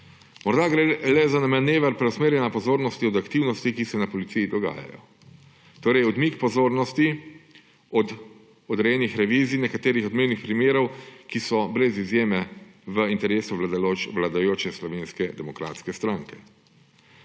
Morda gre le za manever preusmerjanja pozornosti od aktivnosti, ki se na policiji dogajajo, torej odmik pozornosti od odrejenih revizij nekaterih odmevnih primerov, ki so brez izjeme v interesu vladajoče Slovenske demokratske stranke.